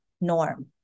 norm